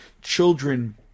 children